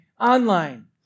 online